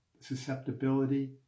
susceptibility